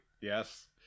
yes